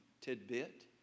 tidbit